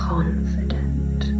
Confident